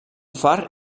far